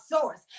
source